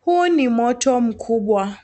Huu ni moto mkubwa